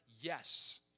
yes